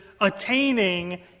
attaining